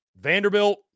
Vanderbilt